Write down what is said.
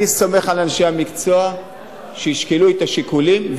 אני סומך על אנשי המקצוע שישקלו את השיקולים,